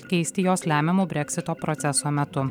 keisti jos lemiamu breksito proceso metu